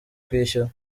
kwishyura